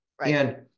Right